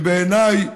ובעיניי,